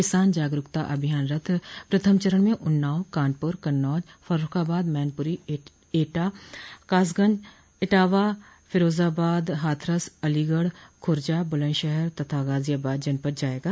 किसान जागरूकता अभियान रथ प्रथम चरण में उन्नाव कानपुर कन्नौज फरूर्खबाद मैनपुरी एटा कासगंज इटावा फिरोजाबाद हाथरस अलीगढ़ खुर्जा बूलन्दशहर तथा गाजियाबाद जायेगा